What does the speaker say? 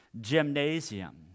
gymnasium